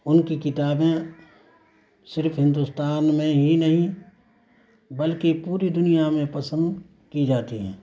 ان کی کتابیں صرف ہندوستان میں ہی نہیں بلکہ پوری دنیا میں پسند کی جاتی ہیں